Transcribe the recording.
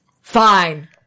Fine